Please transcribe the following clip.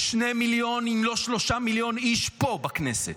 2 מיליון, אם לא 3 מיליון איש, פה בכנסת.